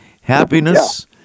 happiness